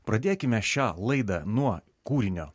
pradėkime šią laidą nuo kūrinio